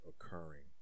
occurring